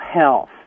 health